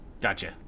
Gotcha